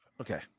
Okay